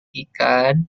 ikan